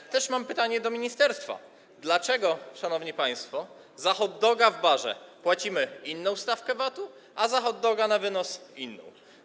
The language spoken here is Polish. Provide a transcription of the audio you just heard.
Mam też pytanie do ministerstwa: Dlaczego, szanowni państwo, za hot doga w barze płacimy inną stawkę VAT-u, a za na hot doga na wynos inną?